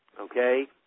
Okay